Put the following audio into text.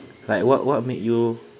like what what make you